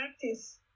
practice